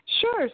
Sure